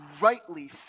rightly